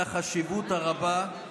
מהחשיבות הרבה,